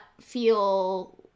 feel